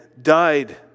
died